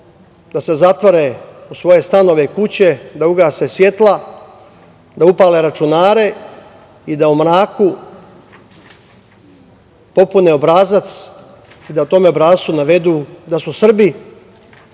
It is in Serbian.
da se zatvore u svoje stanove i kuće, da ugase svetla, da upale računare i da u mraku popune obrazac, da u tom obrascu navedu da su Srbi,